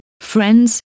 friends